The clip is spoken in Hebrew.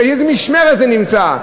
באיזו משמרת זה נמצא?